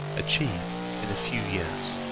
achieve in a few years.